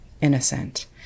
innocent